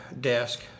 desk